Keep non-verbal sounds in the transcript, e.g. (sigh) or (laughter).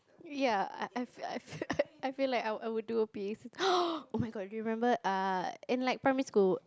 ya I I I I feel like I I will do a bathe (noise) oh-my-god remember err in like primary school